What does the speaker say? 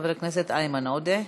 חבר הכנסת איימן עודה.